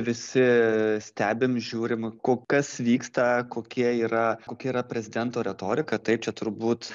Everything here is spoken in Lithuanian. visi stebim žiūrim ko kas vyksta kokie yra kokia yra prezidento retorika taip čia turbūt